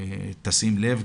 שתשים לב אליו.